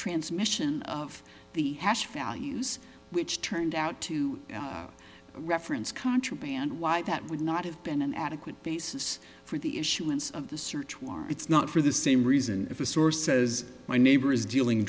transmission of the hash values which turned out to reference contraband why that would not have been an adequate basis for the issuance of the search warrant it's not for the same reason if a source says my neighbor is dealing